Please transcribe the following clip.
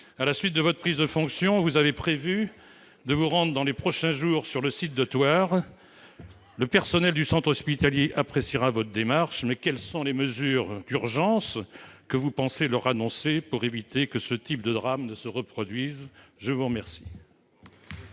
à la suite de votre prise de fonctions, vous avez prévu de vous rendre dans les prochains jours sur le site de Thouars. Le personnel du centre hospitalier appréciera votre démarche. Quelles sont les mesures d'urgence que vous pensez lui annoncer pour éviter que ce type de drames ne se reproduise ? La parole